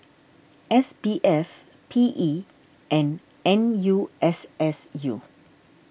S B F P E and N U S S U